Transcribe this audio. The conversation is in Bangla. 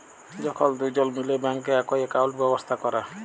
যখল দুজল মিলে ব্যাংকে একই একাউল্ট ব্যবস্থা ক্যরে